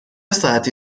ساعتی